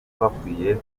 bakwiye